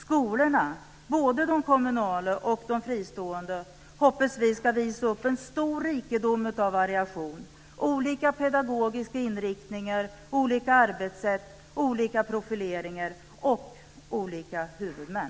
Skolorna, både kommunala och fristående, hoppas vi ska visa upp en stor rikedom av variation - olika pedagogiska inriktningar och arbetssätt, olika profileringar och olika huvudmän.